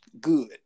Good